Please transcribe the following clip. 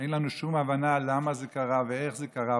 אין לנו שום הבנה למה זה קרה ואיך זה קרה,